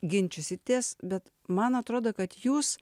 ginčysitės bet man atrodo kad jūs